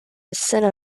السنة